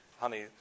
Honey